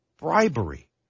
bribery